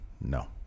no